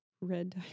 red